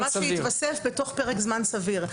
מה שיתווסף זה בתוך פרק זמן סביר.